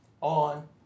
on